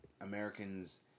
Americans